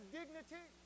dignity